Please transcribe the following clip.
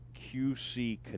QC